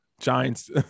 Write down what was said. Giants